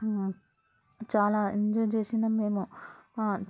చాలా ఎంజాయ్ చేసినాము మేము